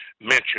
mention